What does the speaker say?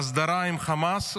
ההסדרה עם חמאס,